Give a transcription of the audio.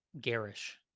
garish